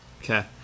Okay